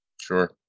sure